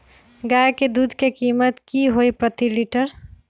गाय के दूध के कीमत की हई प्रति लिटर?